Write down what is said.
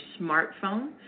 smartphone